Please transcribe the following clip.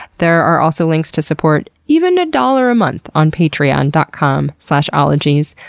there are also links to support even a dollar a month on patreon dot com slash ologies.